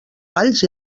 alls